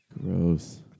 Gross